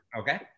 okay